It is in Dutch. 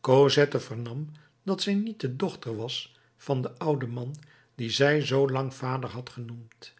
cosette vernam dat zij niet de dochter was van den ouden man dien zij zoo lang vader had genoemd